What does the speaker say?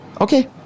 Okay